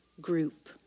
group